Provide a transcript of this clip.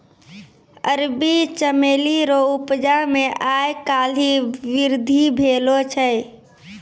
अरबी चमेली रो उपजा मे आय काल्हि वृद्धि भेलो छै